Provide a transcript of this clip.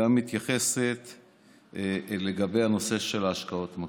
וגם לנושא של השקעות מקור.